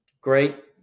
Great